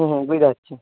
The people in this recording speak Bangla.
হুম হুম বুজদে পাচ্ছি